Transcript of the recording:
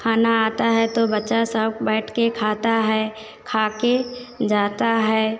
खाना आता है तो बच्चा सब बैठ कर खाता है खा कर जाता है अपना